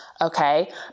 okay